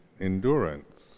endurance